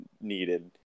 needed